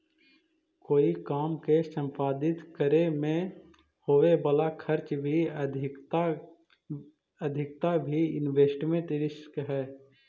कोई काम के संपादित करे में होवे वाला खर्च के अधिकता भी इन्वेस्टमेंट रिस्क हई